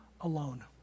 alone